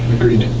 agreed.